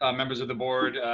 ah members of the board,